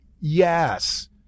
yes